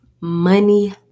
money